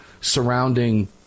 surrounding